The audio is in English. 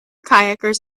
kayakers